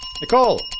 Nicole